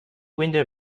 window